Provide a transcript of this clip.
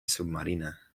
submarina